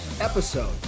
episode